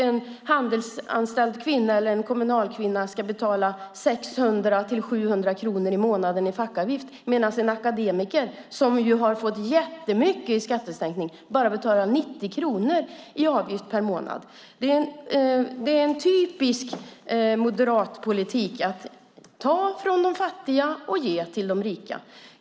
En handelsanställd kvinna eller en kommunalkvinna ska betala 600-700 kronor i månaden i fackavgift medan en akademiker som ju har fått jättemycket i skattesänkning bara betalar 90 kronor i avgift per månad. Det är en typisk moderatpolitik att ta från de fattiga och ge till de rika.